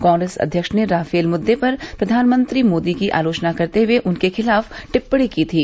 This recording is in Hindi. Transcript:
कांग्रेस अध्यक्ष ने राफेल मुद्दे पर प्रधानमंत्री मोदी की आलोचना करते हुए उनके खिलाफ टिपणी की थी